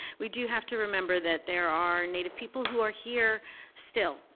we do have to remember that there are native people who are here still,